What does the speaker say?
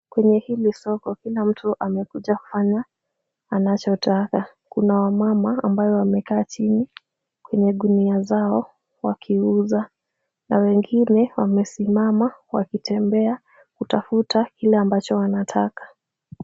Kwenye hili soko, kila mtu amekuja kufanya anachotaka. Kuna wamama ambayo wamekaa chini kwenye gunia zao wakiuza na wengine wamesimama wakitembea kutafuta kile ambacho wanataka.